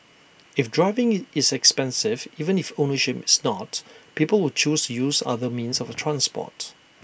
if driving is expensive even if ownership is not people will choose use other means of transport